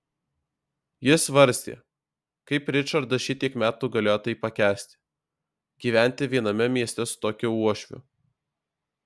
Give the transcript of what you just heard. jis svarstė kaip ričardas šitiek metų galėjo tai pakęsti gyventi viename mieste su tokiu uošviu